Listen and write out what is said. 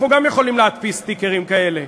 אנחנו גם יכולים להדפיס סטיקרים כאלה.